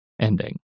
ending